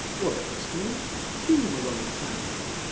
or better still t. malone chandler.